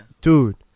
Dude